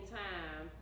time